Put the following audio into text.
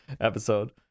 episode